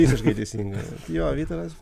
visiškai teisingai jo vytaras